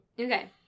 Okay